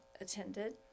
attended